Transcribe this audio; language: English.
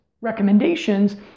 recommendations